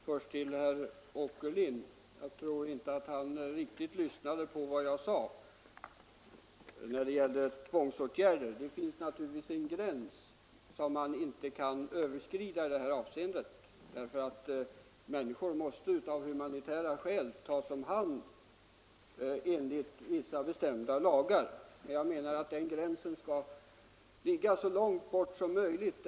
Fru talman! Jag tror inte att herr Åkerlind lyssnade riktigt på vad jag sade om tvångsåtgärder. Det finns naturligtvis en gräns som man inte skall överskrida i det här avseendet, därför att människor av humanitära skäl måste tas om hand enligt vissa bestämda lagar. Men jag menar att den gränsen skall ligga så långt bort som möjligt.